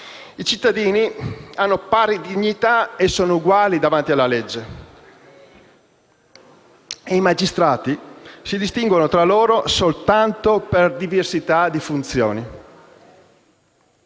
i cittadini hanno pari dignità e sono uguali davanti alla legge e i magistrati si distinguono tra loro soltanto per la diversità di funzioni.